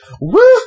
woo